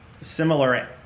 similar